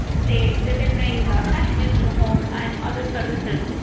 say, delivering the packages to home and other services.